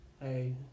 hey